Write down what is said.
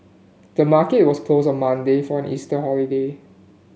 the market was closed on Monday for an Easter holiday